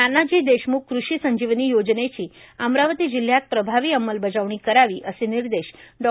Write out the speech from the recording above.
नानाजी देशम्ख कृषी संजीवनी योजनेची अमरावती जिल्ह्यात प्रभावी अंमलबजावणी करावी असे निर्देश डॉ